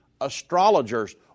astrologers